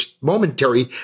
momentary